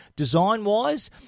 design-wise